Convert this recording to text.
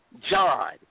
John